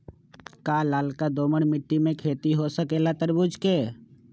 का लालका दोमर मिट्टी में खेती हो सकेला तरबूज के?